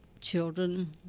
children